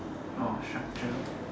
oh structure